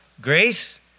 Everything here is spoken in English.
grace